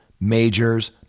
majors